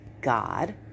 God